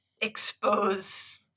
expose